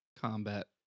combat